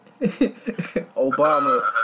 Obama